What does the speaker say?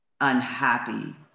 unhappy